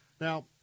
Now